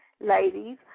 ladies